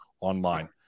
online